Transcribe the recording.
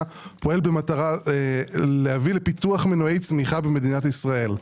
פועל במטרה להביא לפיתוח מנועי צמיחה במדינת ישראל.